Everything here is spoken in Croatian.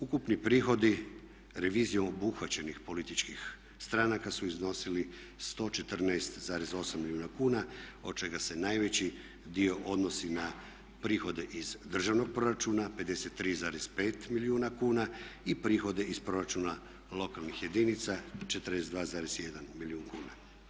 Ukupni prihodi revizijom obuhvaćenih političkih stranaka su iznosili 114,8 milijuna kuna od čega se najveći dio odnosi na prihode iz državnog proračuna 53,5 milijuna kuna i prihode iz proračuna lokalnih jedinica 42,1 milijun kuna.